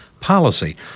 policy